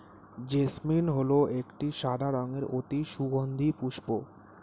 jasmine হল একটি সাদা রঙের অতি সুগন্ধি পুষ্প